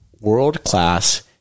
world-class